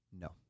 No